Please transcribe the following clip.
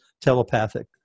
telepathic